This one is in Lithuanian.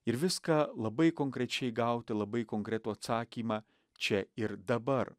ir viską labai konkrečiai gauti labai konkretų atsakymą čia ir dabar